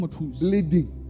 bleeding